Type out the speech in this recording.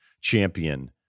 champion